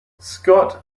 scott